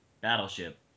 battleship